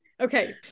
Okay